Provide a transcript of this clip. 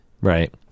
Right